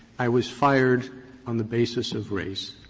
i was fired on the basis of race,